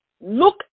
Look